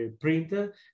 printer